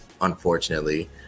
unfortunately